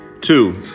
Two